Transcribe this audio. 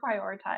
prioritize